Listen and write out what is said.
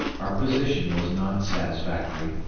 our position was not satisfactory,